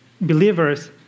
believers